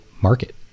market